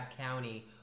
County